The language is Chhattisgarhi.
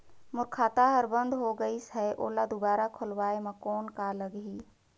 मोर खाता हर बंद हो गाईस है ओला दुबारा खोलवाय म कौन का लगही?